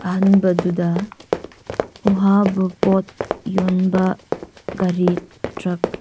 ꯑꯍꯥꯟꯕꯗꯨꯗ ꯑꯋꯥꯕ ꯄꯣꯠ ꯌꯣꯟꯕ ꯒꯥꯔꯤ ꯇ꯭ꯔꯛ